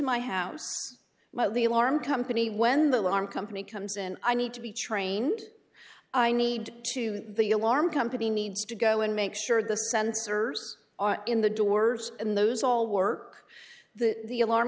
my house my the alarm company when the alarm company comes in i need to be trained i need to the alarm company needs to go and make sure the sensors are in the doors and those all work the the alarm